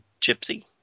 gypsy